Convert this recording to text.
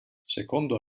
secondo